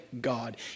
God